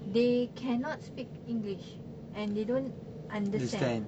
they cannot speak english and they don't understand